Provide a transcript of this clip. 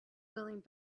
willing